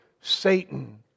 Satan